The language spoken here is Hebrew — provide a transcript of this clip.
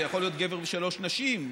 זה יכול להיות גבר ושלוש נשים,